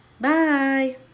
Bye